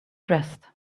dressed